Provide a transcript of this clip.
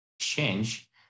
Change